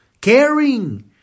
Caring